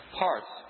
parts